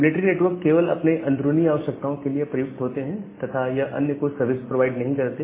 military network केवल अपने अंदरूनी आवश्यकताओं के लिए प्रयुक्त होते हैं तथा यह अन्य को सर्विस प्रोवाइड नहीं करते